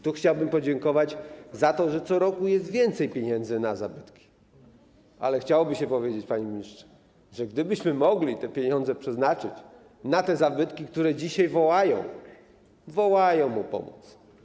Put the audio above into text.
Tu chciałbym podziękować za to, że co roku jest więcej pieniędzy na zabytki, ale chciałoby się powiedzieć, panie ministrze: gdybyśmy mogli te pieniądze przeznaczyć na te zabytki, które dzisiaj wołają o pomoc.